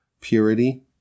Purity